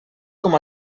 com